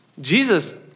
Jesus